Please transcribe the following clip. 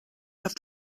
have